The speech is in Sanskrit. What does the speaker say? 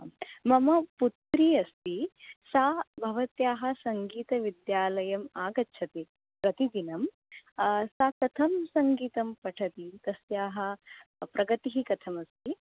मम पुत्री अस्ति सा भवत्याः सङ्गीतविद्यालम् आगच्छति प्रतिदिनं सा कथं सङ्गीतं पठति तस्याः प्रगतिः कथम् अस्ति